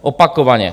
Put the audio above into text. Opakovaně.